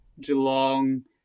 Geelong